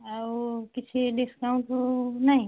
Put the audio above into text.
ଆଉ କିଛି ଡିସ୍କାଉଣ୍ଟ୍ ନାହିଁ